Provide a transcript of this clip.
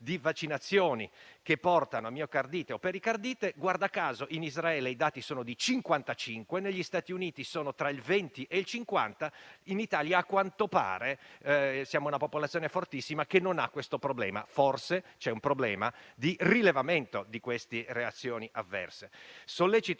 di vaccinazioni che portano miocardite o pericardite. Guarda caso, in Israele i dati sono di 55 casi e negli Stati Uniti tra i 20 e i 50; in Italia, a quanto pare, abbiamo una popolazione fortissima, che non ha questo problema. Forse c’è un problema di rilevamento di queste reazioni avverse. Sollecito